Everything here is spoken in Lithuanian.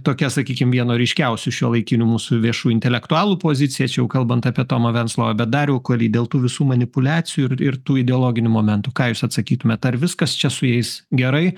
tokia sakykim vieno ryškiausių šiuolaikinių mūsų viešų intelektualų pozicija čia jau kalbant apie tomą venclovą bet dariau kuoly dėl tų visų manipuliacijų ir ir tų ideologinių momentų ką jūs atsakytumėt ar viskas čia su jais gerai